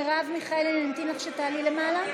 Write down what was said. מרב מיכאלי, אני אמתין לך שתעלי למעלה?